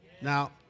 Now